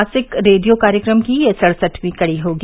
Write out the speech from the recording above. मासिक रेडियो कार्यक्रम की यह सड़सठवीं कड़ी होगी